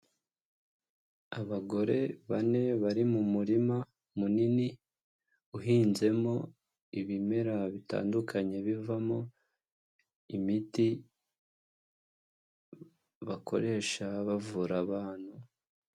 Abagore bane bari mu murima munini uhinzemo ibimera bitandukanye bivamo imiti bakoresha bavura abantu.